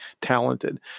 talented